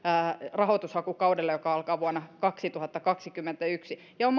rahoitushakukaudelle joka alkaa vuonna kaksituhattakaksikymmentäyksi on